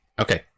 Okay